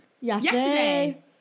yesterday